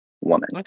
woman